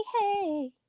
Hey